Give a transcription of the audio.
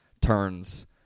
turns